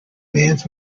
bands